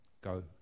go